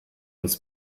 uns